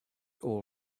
all